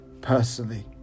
Personally